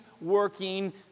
working